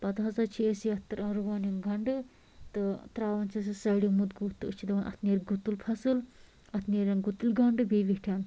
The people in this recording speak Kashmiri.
پَتہٕ ہسا چھِ أسۍ یَتھ ترٛاوان رُوان یِم گنٛڈٕ تہٕ ترٛاوان چھِس یہِ سَڈیٛومُت گُہہ تہٕ أسۍ چھِ دَپان اَتھ نیرِ گُتُل فصٕل اَتھ نیریٚن گُتٕلۍ گنٛڈٕ بیٚیہِ ویٚٹھیٚن